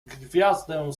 gwiazdę